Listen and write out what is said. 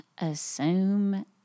assume